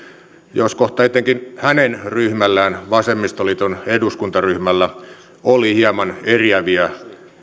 jos kohta etenkin hänen ryhmällään vasemmistoliiton eduskuntaryhmällä oli hieman eriäviä